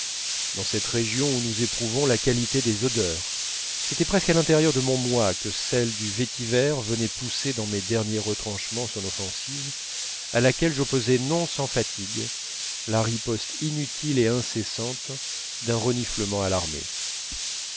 dans cette région où nous éprouvons la qualité des odeurs c'était presque à l'intérieur de mon moi que celle du vétiver venait pousser dans mes derniers retranchements son offensive à laquelle j'opposais non sans fatigue la riposte inutile et incessante d'un reniflement alarmé